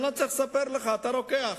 אני לא צריך לספר לך, אתה רוקח.